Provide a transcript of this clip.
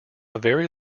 very